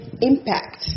impact